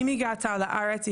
עם הגעתה לארץ,